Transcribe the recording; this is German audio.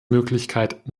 möglichkeit